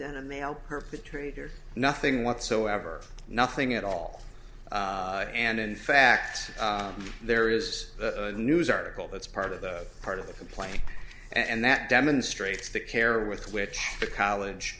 than a male perpetrator nothing whatsoever nothing at all and in fact there is a news article that's part of the part of the complaint and that demonstrates the care with which the college